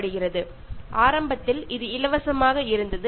തുടക്കത്തിൽ ഇത് ഫ്രീ ആയിരുന്നു